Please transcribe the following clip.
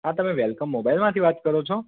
હા તમે વેલકમ મોબાઈલમાંથી વાત કરો છો